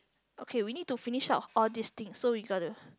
okay we need to finish up all these thing so we got to